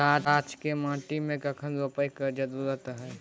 गाछ के माटी में कखन रोपय के जरुरी हय?